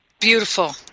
Beautiful